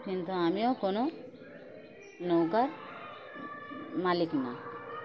কিন্তু আমিও কোনও নৌকার মালিক না